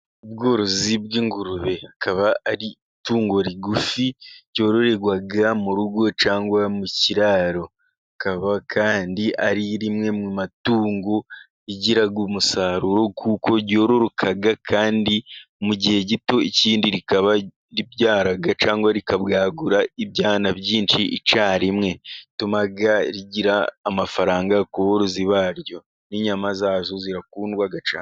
Ubworozi bw'ingurube rikaba ari itungo rigufi, ryororerwa mu rugo cyangwa mu kiraro, rikaba kandi ari rimwe mu matungo agira umusaruro, kuko ryororoka kandi mu gihe gito, ikindi rikaba ribyara cyangwa rikabwagura ibyana byinshi icyarimwe, bituma rigira amafaranga ku borozi baryo n'inyama zaryo zirakundwa cyane.